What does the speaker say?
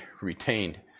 retained